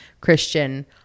Christian